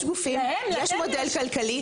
יש מודל כלכלי.